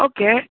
okay